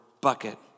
bucket